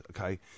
okay